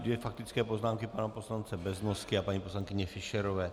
Dvě faktické poznámky pana poslance Beznosky a paní poslankyně Fischerové.